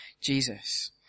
Jesus